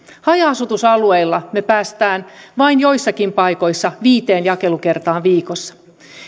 haja asutusalueilla me pääsemme vain joissakin paikoissa viiteen jakelukertaan viikossa